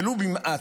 ולו במעט.